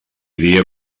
dia